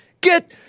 get